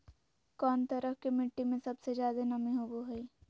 कौन तरह के मिट्टी में सबसे जादे नमी होबो हइ?